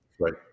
Right